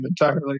entirely